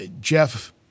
Jeff